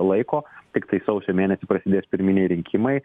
laiko tiktai sausio mėnesį prasidės pirminiai rinkimai